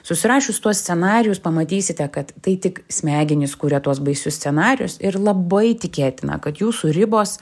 susirašius tuos scenarijus pamatysite kad tai tik smegenys kuria tuos baisius scenarijus ir labai tikėtina kad jūsų ribos